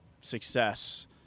success